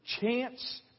chance